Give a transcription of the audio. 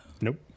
Nope